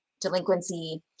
delinquency